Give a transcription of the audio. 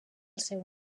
seu